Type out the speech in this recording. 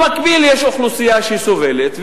במקביל יש אוכלוסייה שסובלת,